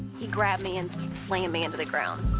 he grabbed me and slammed me into the ground.